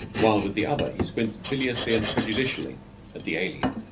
while with the other he squints biliously and prejudicially at the alien.